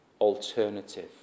alternative